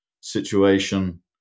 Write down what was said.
situation